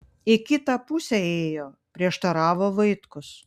į kitą pusę ėjo prieštaravo vaitkus